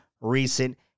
recent